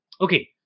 Okay